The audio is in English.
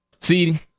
See